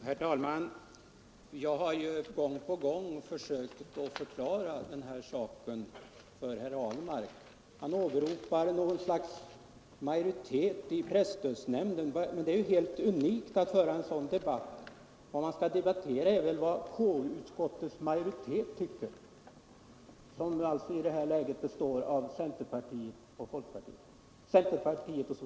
Herr talman! Jag har ju gång på gång försökt förklara den här saken för herr Ahlmark. Han åberopar något slags majoritet i presstödsnämnden. Men det är ju helt unikt att föra en sådan debatt. Vad man skall debattera är vad konstitutionsutskottets majoritet tycker — som alltså i det här läget består av centerpartister och socialdemokrater.